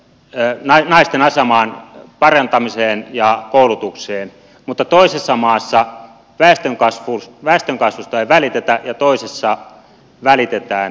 ei näy naisten aseman parantamiseen ja koulutukseen mutta toisessa maassa väestönkasvusta ei välitetä ja toisessa välitetään